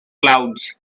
clouds